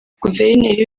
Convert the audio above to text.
guverineri